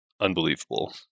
unbelievable